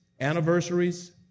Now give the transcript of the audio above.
anniversaries